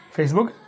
Facebook